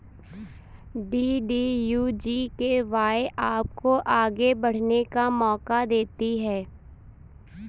DDU GKY आपको आगे बढ़ने का मौका देती है